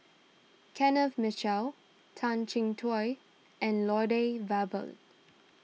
Kenneth Mitchell Tan Chin Tuan and Lloyd Valberg